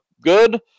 good